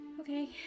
Okay